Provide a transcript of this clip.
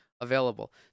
Available